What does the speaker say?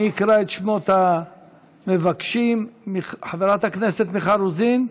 אני אקרא את שמות המבקשים: חברת הכנסת מיכל רוזין,